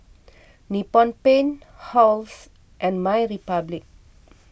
Nippon Paint Halls and My Republic